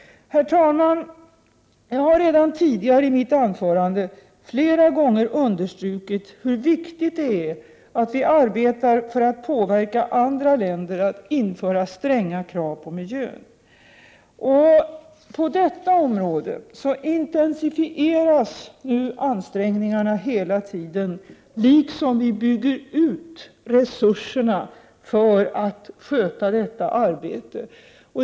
Herr talman! Jag har redan tidigare i mitt anförande flera gånger understrukit hur viktigt det är att vi arbetar för att påverka andra länder att införa stränga krav på miljön. På detta område intensifieras nu ansträngningarna hela tiden, samtidigt som vi bygger ut resurserna för att sköta detta arbete.